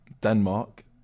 Denmark